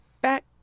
Back